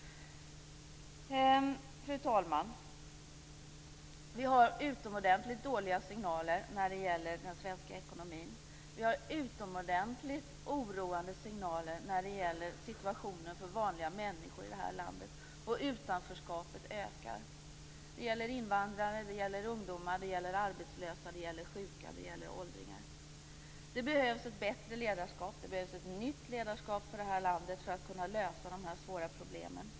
Fru talman! Signalerna är utomordentligt dåliga när det gäller den svenska ekonomin. Signalerna är utomordentligt oroande när det gäller situationen för vanliga människor i det här landet. Utanförskapet ökar. Det gäller invandrare, ungdomar, arbetslösa, sjuka och åldringar. Det behövs ett bättre ledarskap, ett nytt ledarskap för det här landet för att kunna lösa de svåra problemen.